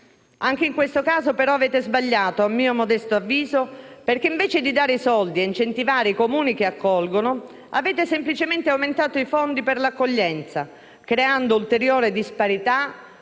Anche in questo caso, però, avete sbagliato, a mio modesto avviso, perché, invece di dare soldi e incentivare i Comuni che accolgono, avete semplicemente aumentato i fondi per l'accoglienza, creando ulteriore disparità